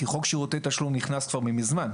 כי חוק שירותי תשלום נכנס כבר ממזמן.